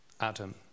Adam